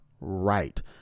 right